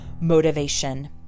motivation